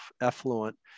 effluent